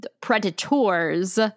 Predators